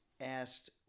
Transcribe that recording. asked